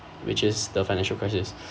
which is the financial crisis